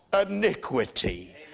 iniquity